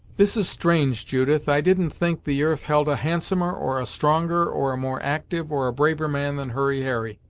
this is strange, judith i didn't think the earth held a handsomer, or a stronger, or a more active or a braver man than hurry harry!